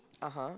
(uh huh)